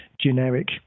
generic